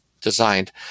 designed